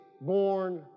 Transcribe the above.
born